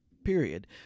period